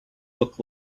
look